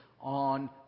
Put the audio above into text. on